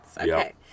okay